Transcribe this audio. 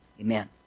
amen